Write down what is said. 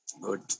Good